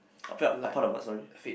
I felt apart the word sorry